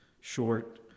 short